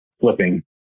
flipping